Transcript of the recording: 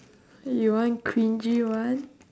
you want cringy one